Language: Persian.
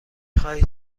خواهید